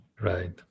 Right